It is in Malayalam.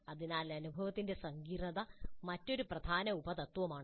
അതിനാൽ അനുഭവത്തിന്റെ സങ്കീർണ്ണത മറ്റൊരു പ്രധാന ഉപതത്ത്വമാണ്